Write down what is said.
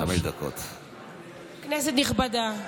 כנסת נכבדה,